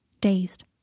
Dazed